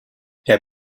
herr